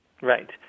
Right